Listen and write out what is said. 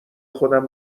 خودم